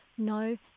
No